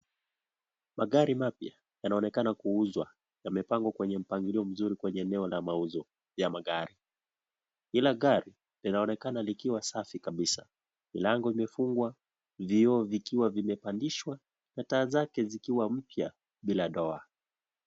Magari mapya yanaonekana kuuzwa, yamepangwa kwenye mpangilio mzuri kwenye eneo la mauzo la magari, kila gari linaonekana likiwa safi kabisa, milango imefungwa, vioo vikiwa vimepandishwa na taa zake zikiwa mpya bila doa.